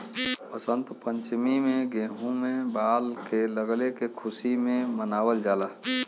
वसंत पंचमी में गेंहू में बाल लगले क खुशी में मनावल जाला